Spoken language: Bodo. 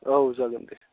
औ जागोन दे